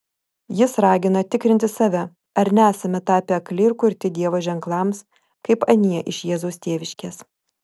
jis ragina tikrinti save ar nesame tapę akli ir kurti dievo ženklams kaip anie iš jėzaus tėviškės